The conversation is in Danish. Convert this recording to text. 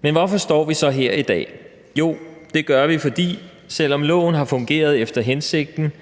Hvorfor står vi så her i dag? Jo, det gør vi, fordi loven, selv om den har fungeret efter hensigten,